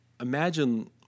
imagine